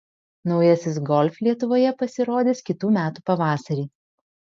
naujasis golf lietuvoje pasirodys kitų metų pavasarį